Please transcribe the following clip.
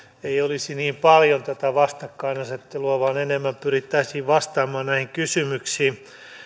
ei olisi niin paljon tätä vastakkainasettelua vaan enemmän pyrittäisiin vastaamaan näihin kysymyksiin